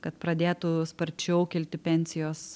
kad pradėtų sparčiau kilti pensijos